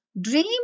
Dream